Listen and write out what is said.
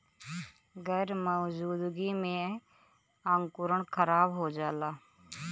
गैर मौजूदगी में अंकुरण खराब हो जाला